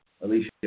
Alicia